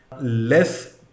less